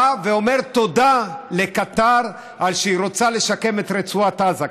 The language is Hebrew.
בא ואומר תודה לקטאר על שהיא רוצה לשקם את רצועת עזה,